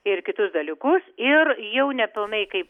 ir kitus dalykus ir jau nepilnai kaip